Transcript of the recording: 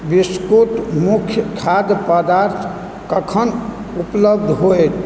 biscuit मुख्य खाद्य पदार्थ कखन उपलब्ध होयत